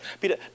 Peter